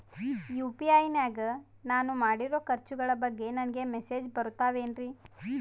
UPI ನಾಗ ನಾನು ಮಾಡಿರೋ ಖರ್ಚುಗಳ ಬಗ್ಗೆ ನನಗೆ ಮೆಸೇಜ್ ಬರುತ್ತಾವೇನ್ರಿ?